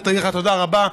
תודה רבה,